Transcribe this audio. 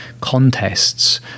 contests